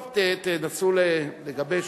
טוב, תנסו לגבש,